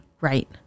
Right